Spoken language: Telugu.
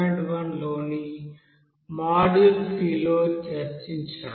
1 లోని మాడ్యూల్ 3 లో చర్చించాము